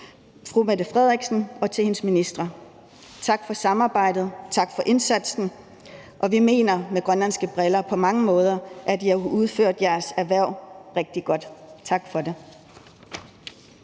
fru Mette Frederiksen, og til hendes ministre: Tak for samarbejdet, tak for indsatsen, og vi mener, set med grønlandske briller, at I på mange måder har udført jeres hverv rigtig godt – tak for det.